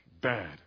bad